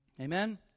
amen